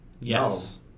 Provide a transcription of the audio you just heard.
Yes